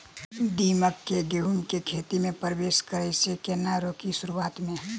दीमक केँ गेंहूँ केँ खेती मे परवेश करै सँ केना रोकि शुरुआत में?